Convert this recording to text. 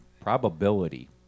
probability